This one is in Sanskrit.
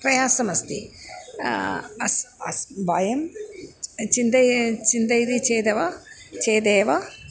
प्रयासमस्ति अस् अस् वयं चिन्तये चिन्तयति चेदेव चेदेव